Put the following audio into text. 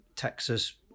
Texas